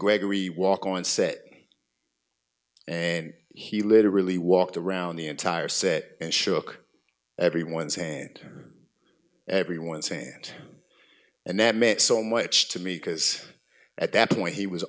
gregory walk on set and he literally d walked around the entire set and shook everyone's hand everyone's hand and that meant so much to me because at that point he was